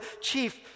chief